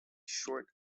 short